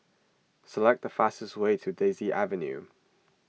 select the fastest way to Daisy Avenue